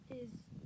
is-